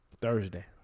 Thursday